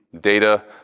data